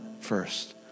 first